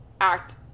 act